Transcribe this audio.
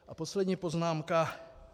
A poslední poznámka.